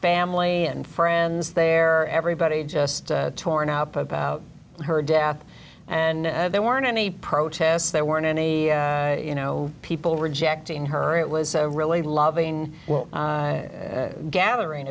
family and friends there everybody just torn up about her death and there weren't any protests there weren't any you know people rejecting her it was a really loving well gathering